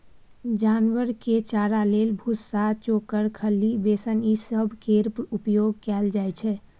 जानवर के चारा लेल भुस्सा, चोकर, खल्ली, बेसन ई सब केर उपयोग कएल जाइ छै